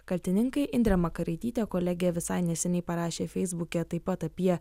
kaltininkai indrė makaraitytė kolegė visai neseniai parašė feisbuke taip pat apie